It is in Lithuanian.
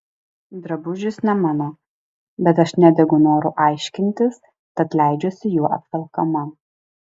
drabužis ne mano bet aš nedegu noru aiškintis tad leidžiuosi juo apvelkama